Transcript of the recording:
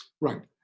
Right